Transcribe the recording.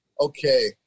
Okay